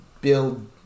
build